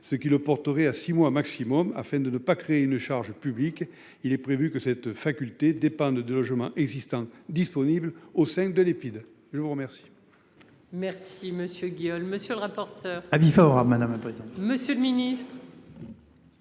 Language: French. Ce qui le porterait à six mois maximum afin de ne pas créer une charge publique, il est prévu que cette faculté dépendent de logements existants disponible au sein de l'Epide je vous remercie.